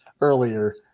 earlier